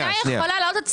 הוא לא הולך לעבודה?